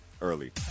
early